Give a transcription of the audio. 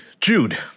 Jude